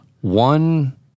one